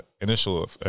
initial